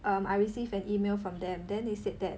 um I received an email from them then they said that